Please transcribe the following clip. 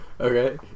Okay